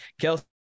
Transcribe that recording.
kelsey